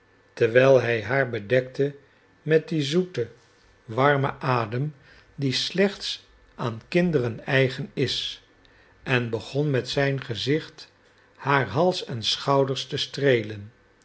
terwijl hij haar bedekte met dien zoeten warmen adem die slechts aan kinderen eigen is en begon met zijn gezicht haar hals en schouders te streelen